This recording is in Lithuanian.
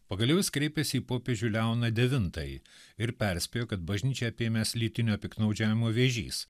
pagaliau jis kreipėsi į popiežių leoną devintąjį ir perspėjo kad bažnyčią apėmęs lytinio piktnaudžiavimo vėžys